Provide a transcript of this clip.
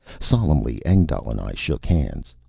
solemnly engdahl and i shook hands.